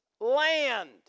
land